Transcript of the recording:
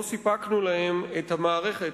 לא סיפקנו להם את המערכת,